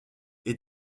est